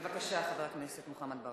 בבקשה, חבר הכנסת מוחמד ברכה.